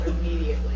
immediately